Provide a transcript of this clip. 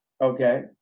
okay